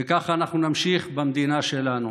וכך אנחנו נמשיך במדינה שלנו.